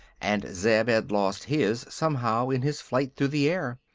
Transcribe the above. and zeb had lost his, somehow, in his flight through the air.